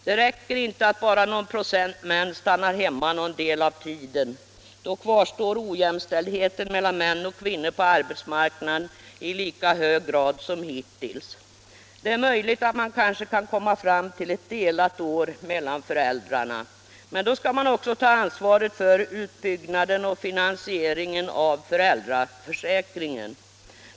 Det räcker inte med att bara någon procent män stannar hemma någon del av tiden. Då kvarstår ojämställdheten mellan män och kvinnor på arbetsmarknaden i lika hög grad som hittills. Det är möjligt att man kan komma fram till att ett år delas mellan föräldrarna. Men då skall man också ta ansvaret för utbyggnaden och finansieringen av föräldraförsäkringen.